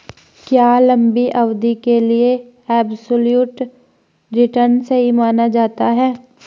क्या लंबी अवधि के लिए एबसोल्यूट रिटर्न सही माना जाता है?